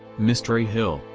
mystery hill,